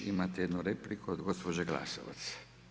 Imate jednu repliku od gospođe Glasovac.